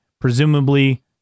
presumably